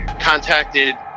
contacted